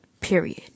Period